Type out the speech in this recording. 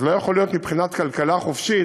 אז לא יכול להיות מבחינת כלכלה חופשית